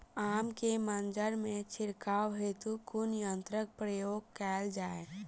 आम केँ मंजर मे छिड़काव हेतु कुन यंत्रक प्रयोग कैल जाय?